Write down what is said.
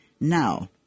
Now